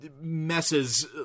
messes